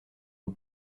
aux